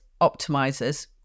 optimizers